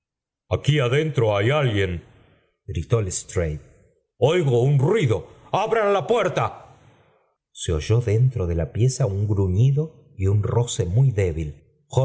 aquí adentro liay alguien gritó lastre oigo un ruido abran la puerta se oyó dentro de la pieza un gruñido y un roce muy débil